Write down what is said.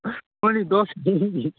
अनि दस